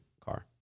car